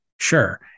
Sure